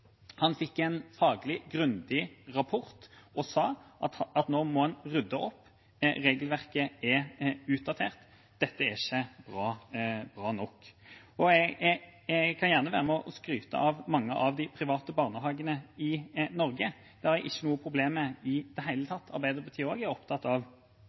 Han fikk en faglig, grundig rapport og sa at nå må man rydde opp, regelverket er utdatert, dette er ikke bra nok. Jeg kan gjerne være med og skryte av mange av de private barnehagene i Norge, det har jeg ikke noe problem med i det hele tatt. Arbeiderpartiet er også opptatt av